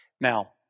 Now